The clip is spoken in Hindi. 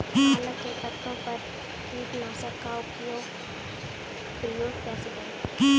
पालक के पत्तों पर कीटनाशक का प्रयोग कैसे करें?